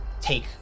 take